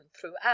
throughout